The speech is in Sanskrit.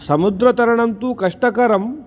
समुद्रतरणं तु कष्टकरं